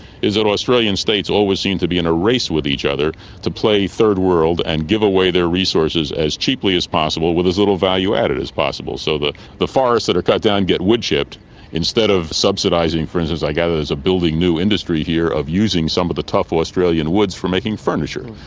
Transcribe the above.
is that australian states always seem to be in a race with each other to play third world and give away their resources as cheaply as possible with as little value added as possible. so the the forests that are cut down get wood-chipped instead of subsidising, for instance, i gather there is a building new industry here of using some of the tough australian woods for making furniture.